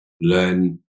learn